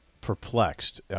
perplexed